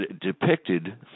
depicted